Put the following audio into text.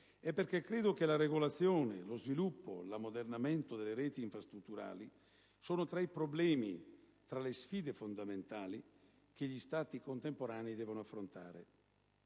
è perché credo che la regolazione, lo sviluppo e l'ammodernamento delle reti infrastrutturali siano tra i problemi e tra le sfide fondamentali che gli Stati contemporanei devono affrontare.